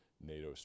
NATO